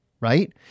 right